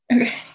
Okay